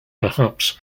perhaps